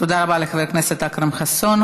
תודה רבה לחבר הכנסת אכרם חסון.